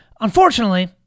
Unfortunately